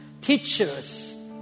teachers